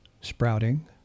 sprouting